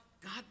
God